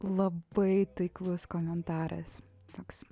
labai taiklus komentaras toks